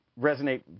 resonate